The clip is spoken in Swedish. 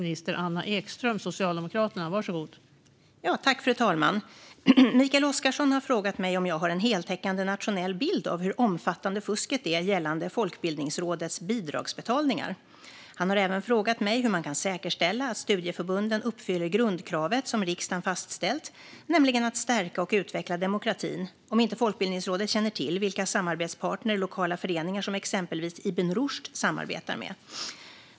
Fru talman! Mikael Oscarsson har frågat mig om jag har en heltäckande nationell bild av hur omfattande fusket är gällande Folkbildningsrådets bidragsbetalningar. Han har även frågat mig hur man kan säkerställa att studieförbunden uppfyller grundkravet som riksdagen fastställt, nämligen att stärka och utveckla demokratin, om inte Folkbildningsrådet känner till vilka samarbetspartner och lokala föreningar som exempelvis Ibn Rushd samarbetar med.